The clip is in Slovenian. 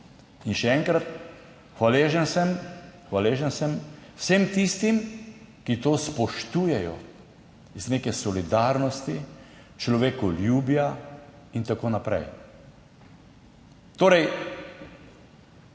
Še enkrat, hvaležen sem vsem tistim, ki to spoštujejo iz neke solidarnosti, človekoljubja in tako naprej. Tega